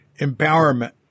empowerment